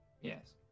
Yes